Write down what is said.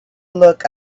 look